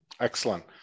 Excellent